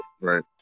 right